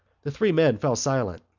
the three men fell silent.